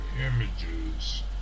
images